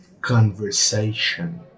conversation